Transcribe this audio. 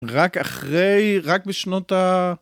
רק אחרי, רק בשנות ה...